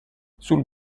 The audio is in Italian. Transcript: sul